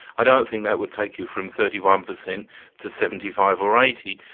i don't think that would take you from thirty one per cent to seventy five or eighty.